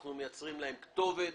אנחנו מייצרים להם כתובת,